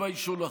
תתביישו לכם.